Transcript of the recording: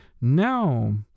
no